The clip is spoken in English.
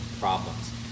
problems